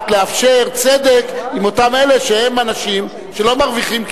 לאפשר צדק עם אותם אלה שהם אנשים שלא מרוויחים כסף,